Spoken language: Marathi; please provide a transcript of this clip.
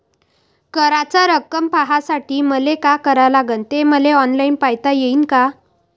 कराच रक्कम पाहासाठी मले का करावं लागन, ते मले ऑनलाईन पायता येईन का?